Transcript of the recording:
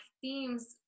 themes